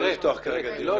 לא נפתח כרגע דיון על זה.